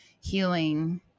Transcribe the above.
healing